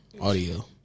audio